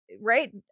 Right